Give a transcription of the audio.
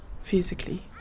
physically